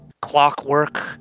clockwork